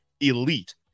elite